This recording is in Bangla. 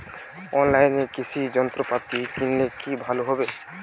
অনলাইনে কৃষি যন্ত্রপাতি কিনলে কি ভালো হবে?